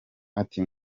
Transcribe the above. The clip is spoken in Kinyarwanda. ati